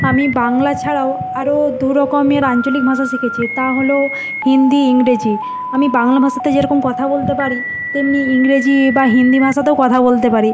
আমি বাংলা ছাড়াও আরো দু রকমের আঞ্চলিক ভাষা শিখেছি তা হল হিন্দি ইংরেজি আমি বাংলা ভাষাতে যে রকম কথা বলতে পারি তেমনি ইংরেজি বা হিন্দি ভাষাতেও কথা বলতে পারি